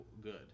good